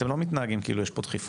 אתם לא מתנהגים כאילו יש פה דחיפות